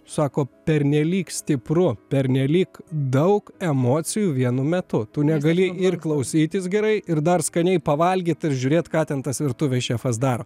sako pernelyg stipru pernelyg daug emocijų vienu metu tu negali ir klausytis gerai ir dar skaniai pavalgyt ir žiūrėt ką ten tas virtuvės šefas daro